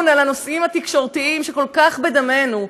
על הנושאים התקשורתיים שכל כך בדמנו,